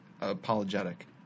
apologetic